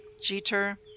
Jeter